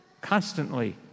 constantly